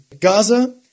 Gaza